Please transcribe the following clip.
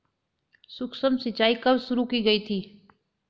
सूक्ष्म सिंचाई कब शुरू की गई थी?